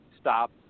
stop